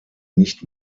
nicht